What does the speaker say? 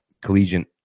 collegiate